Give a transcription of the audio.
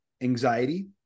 anxiety